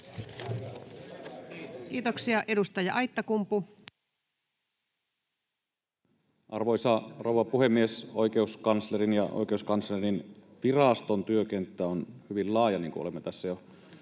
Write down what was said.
Time: 14:17 Content: Arvoisa rouva puhemies! Oikeuskanslerin ja Oikeuskanslerinviraston työkenttä on hyvin laaja, niin kuin olemme tässä jo kuulleetkin.